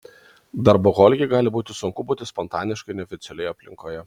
darboholikei gali būti sunku būti spontaniškai neoficialioje aplinkoje